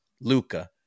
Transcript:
Luca